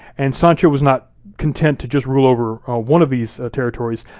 and sancho was not content to just rule over one of these territories.